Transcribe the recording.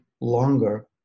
longer